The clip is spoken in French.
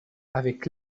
avec